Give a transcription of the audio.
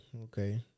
okay